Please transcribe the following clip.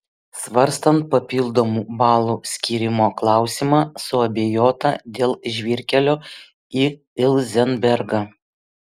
svarstant papildomų balų skyrimo klausimą suabejota dėl žvyrkelio į ilzenbergą